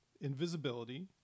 invisibility